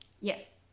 Yes